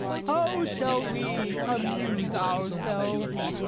how shall we amuse ourselves?